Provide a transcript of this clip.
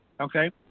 Okay